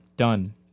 Done